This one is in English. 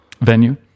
venue